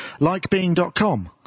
LikeBeing.com